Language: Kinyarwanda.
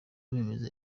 bemeza